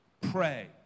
pray